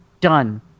done